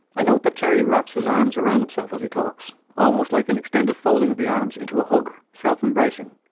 i note that terry wraps his arms around himself as he talks, almost like an extended folding of the arms into a hug, self-embracing.